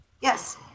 yes